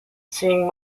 seeing